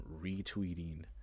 retweeting